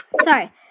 sorry